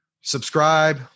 subscribe